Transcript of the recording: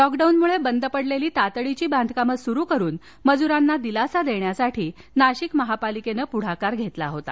लॉकडाउनमुळे बंद पडलेली तातडीची बांधकाम सुरू करून मजुरांना दिलासा देण्यासाठी नाशिक महापालिकेनं पुढाकार घेतला होता